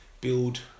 build